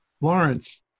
Lawrence